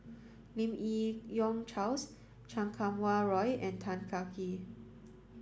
Lim Yi Yong Charles Chan Kum Wah Roy and Tan Kah Kee